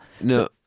No